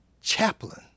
chaplain